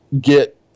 get